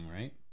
right